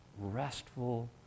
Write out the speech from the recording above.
restful